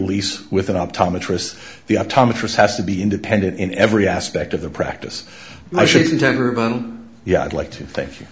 lease with an optometrist the optometrist has to be independent in every aspect of the practice yeah i'd like to thank